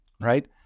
right